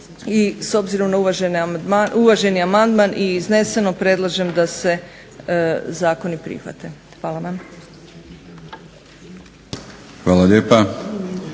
s obzirom na uvaženi amandman i izneseno predlažem da se zakoni prihvate. Hvala vam. **Batinić,